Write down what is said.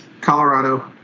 Colorado